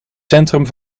centrum